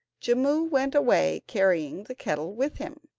jimmu went away carrying the kettle with him.